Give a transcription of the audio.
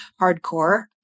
hardcore